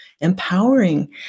empowering